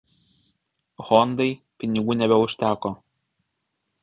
hondai pinigų nebeužteko